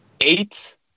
eight